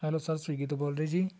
hello sir Swiggy ਤੋਂ ਬੋਲ ਰਹੇ ਜੀ